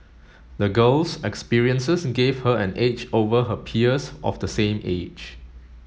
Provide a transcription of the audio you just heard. the girl's experiences gave her an edge over her peers of the same age